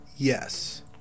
Yes